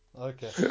Okay